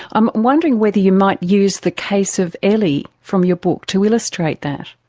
i'm wondering whether you might use the case of ellie from your book to illustrate that.